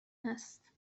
هست